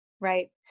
Right